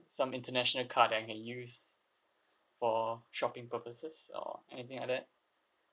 some international card that I can use for shopping purposes or anything like that